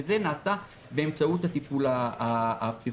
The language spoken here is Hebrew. וזה נעשה באמצעות הטיפול הפסיכותרפויטי.